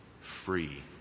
free